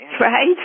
Right